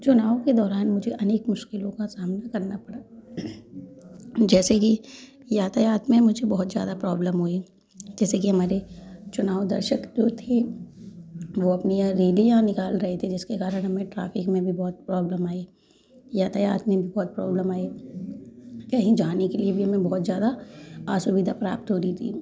चुनाव के दौरान मुझे अनेक मुश्किलों का सामना करना पड़ता है जैसे की यातायात में मुझे बहुत ज़्यादा प्रोब्लेम हुई जैसे की हमारे चुनाव दर्शक जो थे वो अपनी यहाँ रैलियां निकाल रहे थे जिसके कारण हमें ट्रैफिक में भी प्रॉब्लम आई यातायात में भी बहुत प्रोब्लेम आई कहीं जाने लिए भी हमें बहुत ज़्यादा असुविधा प्राप्त हो रही थी